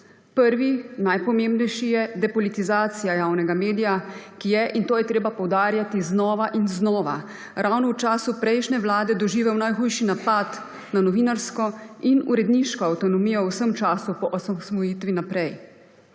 Prvi, najpomembnejši, je depolitizacija javnega medija, ki je, in to je treba poudarjati znova in znova, ravno v času prejšnje vlade doživel najhujši napad na novinarsko in uredniško avtonomijo v vsem času po osamosvojitvi naprej.